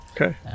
Okay